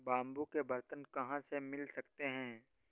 Bamboo के बर्तन कहाँ से मिल सकते हैं?